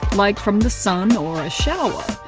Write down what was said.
like from the sun, or a shower.